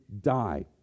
die